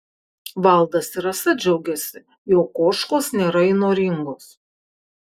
valdas ir rasa džiaugiasi jog ožkos nėra įnoringos